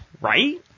right